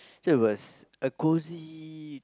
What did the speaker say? so it was a cozy